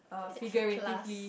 it's a class